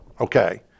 Okay